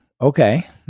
okay